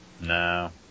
no